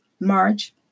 March